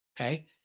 Okay